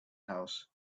house